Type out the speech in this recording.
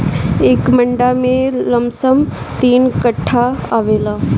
एक मंडा में लमसम तीन कट्ठा आवेला